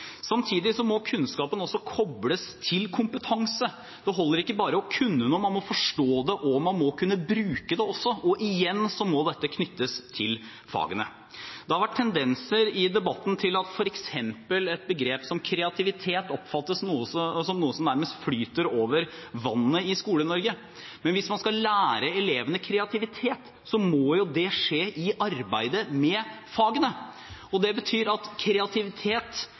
Samtidig må kunnskapen også kobles til kompetanse. Det holder ikke bare å kunne noe, man må forstå det, og man må kunne bruke det også. Og igjen må dette knyttes til fagene. Det har i debatten vært tendenser til at f.eks. et begrep som «kreativitet» oppfattes som noe som nærmest flyter over vannet i Skole-Norge. Men hvis man skal lære elevene kreativitet, må det skje i arbeidet med fagene. Det betyr at kreativitet,